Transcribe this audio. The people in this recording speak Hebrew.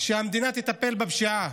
שהמדינה תטפל בפשיעה,